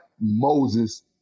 Moses